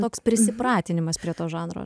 toks prisipratinimas prie to žanro